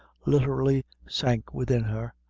literally sank within her,